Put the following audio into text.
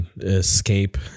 escape